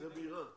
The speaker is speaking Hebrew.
זה אירן.